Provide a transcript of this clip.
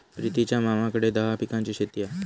प्रितीच्या मामाकडे दहा पिकांची शेती हा